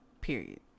Period